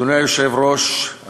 אדוני היושב-ראש,